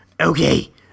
Okay